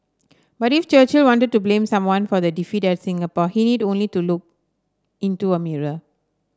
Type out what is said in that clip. but if Churchill wanted to blame someone for the defeat at Singapore he need only to look into a mirror